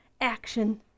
action